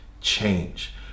change